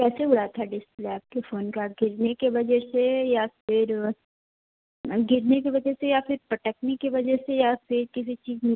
कैसे उड़ा था डिस्प्ले आपके फोन का गिरने के वजह से या फिर गिरने की वजह से या फिर पटकने की वजह से या फिर किसी चीज में